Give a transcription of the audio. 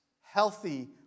Healthy